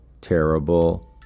terrible